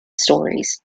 stories